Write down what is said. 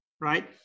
right